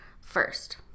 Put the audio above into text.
first